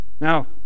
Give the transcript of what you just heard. Now